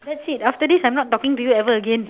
that's it after this I am not talking to you ever again